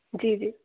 जी जी